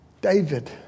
David